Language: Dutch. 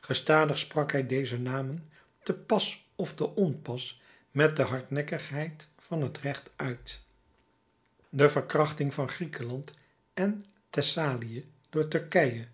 gestadig sprak hij deze namen te pas of te onpas met de hardnekkigheid van het recht uit de verkrachting van griekenland en thessalië door turkije